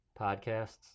podcasts